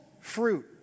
fruit